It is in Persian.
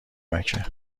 مکه